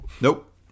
Nope